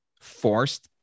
forced